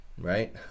right